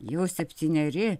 jau septyneri